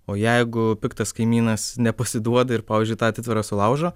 o jeigu piktas kaimynas nepasiduoda ir pavyzdžiui tą atitvarą sulaužo